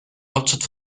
hauptstadt